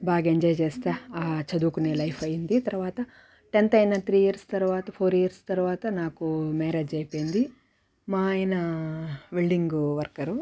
బాగ ఎంజాయ్ చేస్తూ చదువుకునే లైఫ్ అయింది తర్వాత టెన్త్ అయినా త్రీ ఇయర్స్ తర్వాత ఫోర్ ఇయర్స్ తర్వాత నాకు మ్యారేజ్ అయిపోయింది మా ఆయన వెల్డింగు వర్కరు